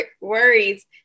worries